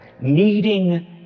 needing